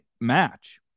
match